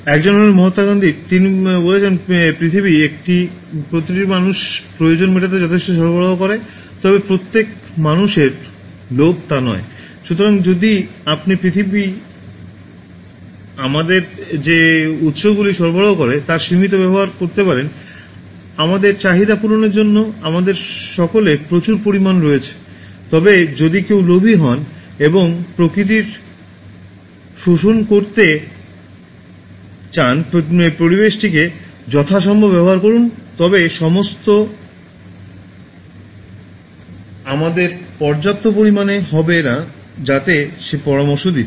একজন হলেন মহাত্মা গান্ধীর তিনি বলেছেন পৃথিবী প্রতিটি মানুষের প্রয়োজন মেটাতে যথেষ্ট সরবরাহ করে তবে প্রত্যেক মানুষের লোভ তা নয় সুতরাং যদি আপনি পৃথিবী আমাদের যে উৎসগুলি সরবরাহ করে তার সীমিত ব্যবহার করতে পারেন আমাদের চাহিদা পূরণের জন্য আমাদের সকলের প্রচুর পরিমাণে রয়েছে তবে যদি কেউ লোভী হন এবং প্রকৃতির শোষণ করতে চান পরিবেশটিকে যথাসম্ভব ব্যবহার করুন তবে সমস্ত আমাদের পর্যাপ্ত পরিমাণে হবে না যাতে সে পরামর্শ দিচ্ছে